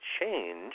change